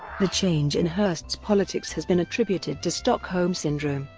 the change in hearst's politics has been attributed to stockholm syndrome,